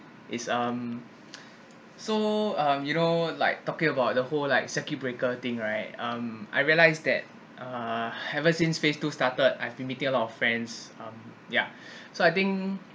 is um so um you know like talking about the whole like circuit breaker thing right um I realize that uh ever since phase two started I've been meeting a lot of friends um ya so I think